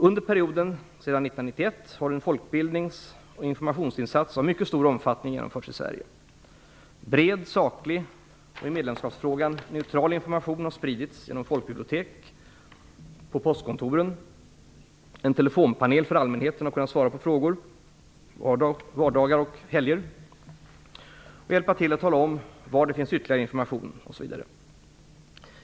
Under perioden sedan 1991 har en folkbildningsoch informationsinsats av mycket stor omfattning genomförts i Sverige. Bred, saklig och i medlemskapsfrågan neutral information har spritts genom folkbibliotek och på postkontoren, en telefonpanel för allmänheten har kunnat svara på frågor på vardagar och helger och hjälpa till att tala om var det finns ytterligare information osv.